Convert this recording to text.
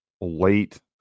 late